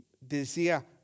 decía